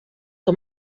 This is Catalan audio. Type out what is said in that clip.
que